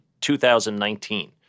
2019